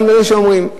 גם לאלה שאומרים.